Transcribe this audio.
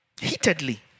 heatedly